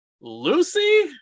Lucy